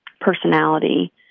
personality